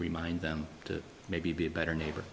remind them to maybe be a better neighbor